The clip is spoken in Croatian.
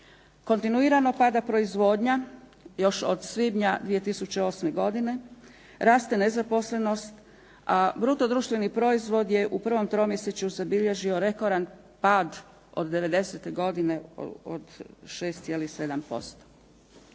Kontinuirano pada proizvodnja još od svibnja 2008. godine, raste nezaposlenost, a bruto društveni proizvod je u prvom tromjesečju zabilježio rekordan pad od '90.-te godine od 6,7%.